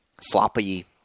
sloppy